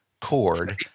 cord